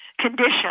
condition